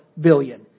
billion